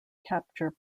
capture